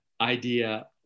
idea